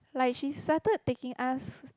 like she started taking us